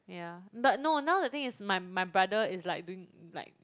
yeah but no now the thing is my my brother is like doing like